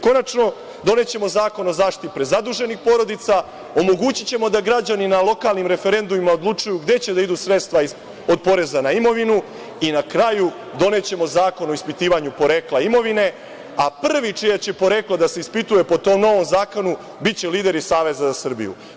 Konačno, donećemo zakon o zaštiti prezaduženih porodica, omogućićemo da građani na lokalnim referendumima odlučuju gde će da idu sredstva od poreza na imovinu i na kraju, donećemo zakon o ispitivanju porekla imovine, a prvi čije će poreklo da se ispituje po tom novom zakonu, biće lideri iz Saveza za Srbiju.